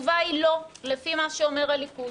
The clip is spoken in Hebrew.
התשובה היא לא, לפני מה שאומר הליכוד.